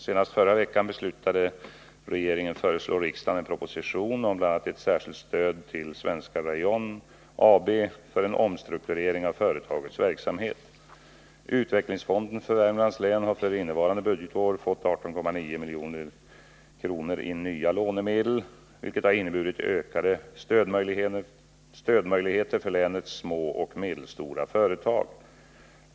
Senast förra veckan beslöt regeringen föreslå riksdagen en proposition om bl.a. ett särskilt stöd till Svenska Rayon AB för en omstrukturering av företagets verksamhet. Utvecklingsfonden för Värmlands län har för innevarande budgetår fått 18,9 milj.kr. i nya lånemedel, vilket har inneburit ökade stödmöjligheter för länets små och medelstora företag.